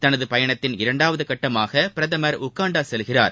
தனது பயணத்தின் இரண்டாவது கட்டமாக பிரதமர் உகாண்டா செல்கிறார்